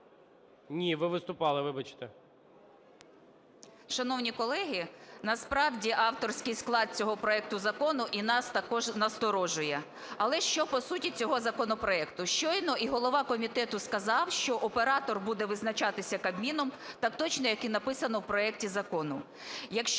Ні, ви виступали, вибачте.